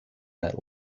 that